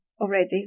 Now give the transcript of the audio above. already